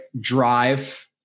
drive